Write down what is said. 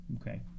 Okay